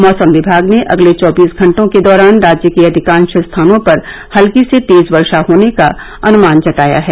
मौसम विभाग ने अगले चौबीस घटों के दौरान राज्य के अधिकांश स्थानों पर हल्की से तेज वर्षा होने का अनुमान जताया है